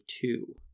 two